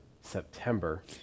September